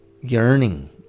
yearning